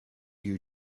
you